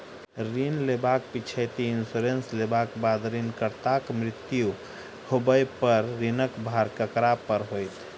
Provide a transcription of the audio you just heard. ऋण लेबाक पिछैती इन्सुरेंस लेबाक बाद ऋणकर्ताक मृत्यु होबय पर ऋणक भार ककरा पर होइत?